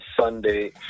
Sunday